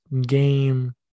game